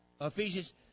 Ephesians